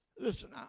listen